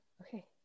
Okay